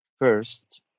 first